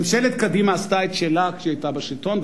ממשלת קדימה עשתה את שלה כשהיא היתה בשלטון,